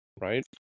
right